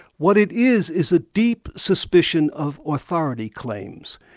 what it is, is a deep suspicion of authority claims,